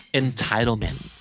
entitlement